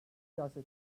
siyaseti